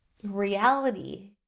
reality